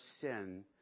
sin